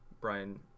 Brian